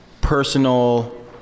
personal